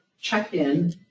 check-in